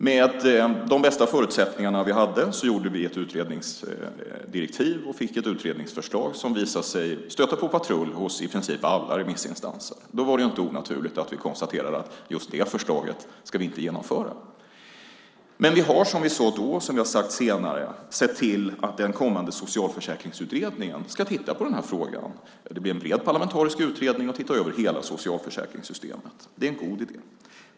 Med de bästa förutsättningar som vi hade gjorde vi ett utredningsdirektiv, och vi fick ett utredningsförslag som visade sig stöta på patrull hos i princip alla remissinstanser. Då var det inte onaturligt att vi konstaterade att just det förslaget skulle vi inte genomföra. Men vi har, som vi sade då och som vi har sagt senare, sett till att den kommande socialförsäkringsutredningen ska titta på den här frågan. Det blir en parlamentarisk utredning som ska titta över hela socialförsäkringssystemet. Det är en god idé.